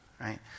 right